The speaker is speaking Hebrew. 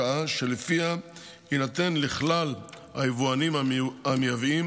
החלטנו לקבוע הוראת שעה שלפיה יינתן לכלל היבואנים המייבאים